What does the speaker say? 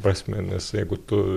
prasme nes jeigu tu